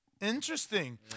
interesting